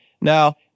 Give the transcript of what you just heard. Now